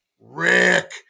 Rick